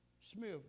Smith